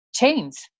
chains